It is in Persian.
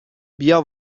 بیا